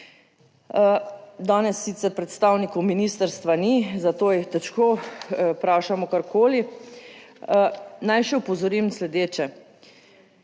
Danes sicer predstavnikov ministrstva ni, zato jih težko vprašamo karkoli. Naj še opozorim sledeče.